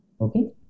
okay